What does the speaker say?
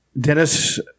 Dennis